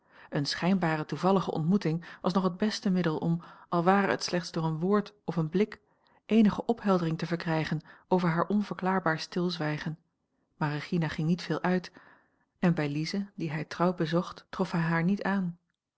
eene schijnbaar toevallige ontmoeting was nog het beste middel om al ware het slechts door een woord of een blik eenige opheldering te verkrijgen over haar onverklaarbaar stilzwijgen maar regina ging niet veel uit en bij lize die hij trouw bezocht trof hij haar niet aan